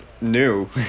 New